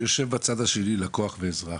יושב בצד השני לקוח ואזרח.